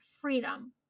freedom